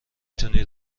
تونی